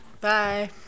Bye